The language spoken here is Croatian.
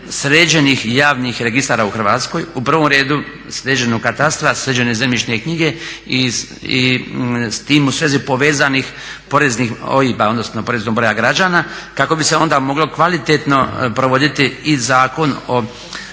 sređenih javnih registara u Hrvatskoj u prvom redu sređenog katastra, sređene zemljišne knjige i s tim u svezi povezanih poreznih OIB-a odnosno poreznog broja građana kako bi se onda moglo kvalitetno provoditi i Zakon o